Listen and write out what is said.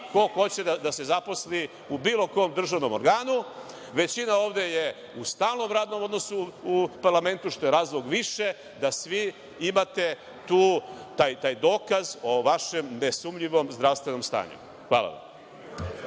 ko hoće da se zaposli u bilo kom državnom organu. Većina ovde je u stalnom radnom odnosu u parlamentu, što je razlog više da svi imate taj dokaz o vašem nesumnjivom zdravstvenom stanju. Hvala.